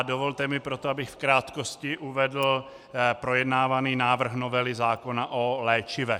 Dovolte mi proto, abych v krátkosti uvedl projednávaný návrh novely zákona o léčivech.